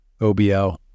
OBL